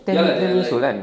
ten eleven years old kan